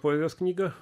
poezijos knyga